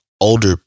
older